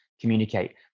communicate